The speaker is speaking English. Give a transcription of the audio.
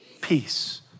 Peace